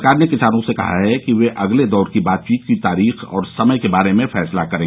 सरकार ने किसानों से कहा है कि वे अगले दौर की बातचीत की तारीख और समय के बारे में फैसला करें